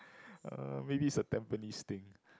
uh maybe it's a Tampines thing